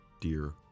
dear